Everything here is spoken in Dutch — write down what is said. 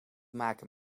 maken